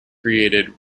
created